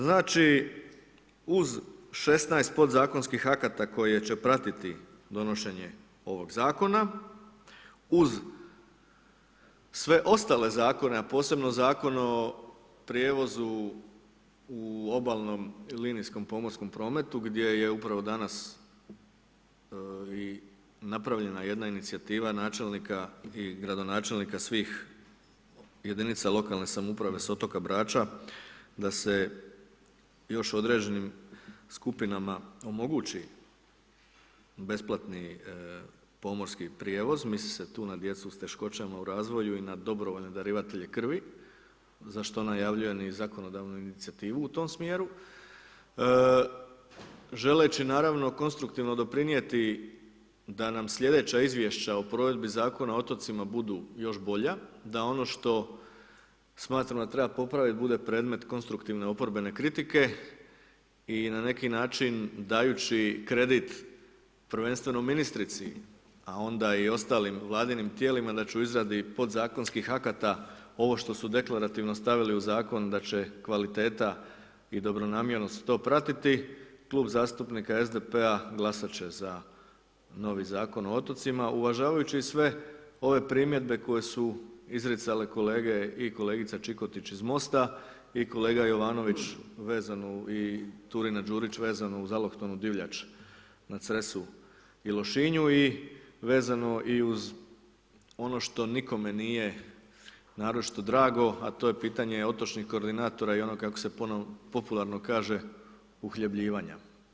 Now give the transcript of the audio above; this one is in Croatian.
Znači uz 16 podzakonskih akata koje će pratiti donošenje ovog zakona, uz sve ostale zakone a posebno o Zakonu o prijevozu u obalnom linijskom pomorskom prometu gdje je upravo danas i napravljena jedna inicijativa načelnika i gradonačelnika svih jedinica lokalne samouprave sa otoka Brača, da se još određenim skupinama omogući besplatni pomorski prijevoz, misli se tu na djecu sa teškoćama u razviju i na dobrovoljne darivatelje krvi za što najavljujem i zakonodavnu inicijativu u tom smjeru želeći naravno konstruktivno doprinijeti da nam slijedeća izvješća o provedbi Zakona o otocima budu još bolja, da ono što smatramo da treba popraviti bude predmet konstruktivne oporbene kritike i na neki način dajući kredit prvenstveno ministrici a onda i ostalim Vladinim tijelima znači u izradi podzakonskih akata, ovo što su deklarativno stavili u zakon da će kvaliteta i dobronamjerno to pratiti, Klub zastupnika SDP-a glasat će za novi Zakon o otocima uvažavajući i sve ove primjedbe koje su izricale kolege i kolegica Čikotić iz MOST-a i kolega Jovanovića vezano i Turina Đurić, vezano uz alohtonu divljač na Cresu i Lošinju i vezano i uz ono što nikome nije naročito drago a to je pitanje otočnih koordinatora i ono kako se popularno kaže, uhljebljivanja.